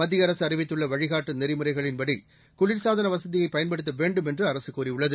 மத்திய அரசு அறிவித்துள்ள வழிகாட்டு நெறிமுறைகளின்படி குளிர்சாதன வசதியை பயன்படுத்த வேண்டும் என்று அரசு கூறியுள்ளது